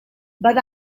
but